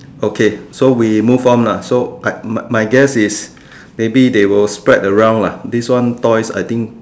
okay so we move on lah so I my guess is maybe they will spread around lah this one toys I think